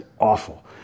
awful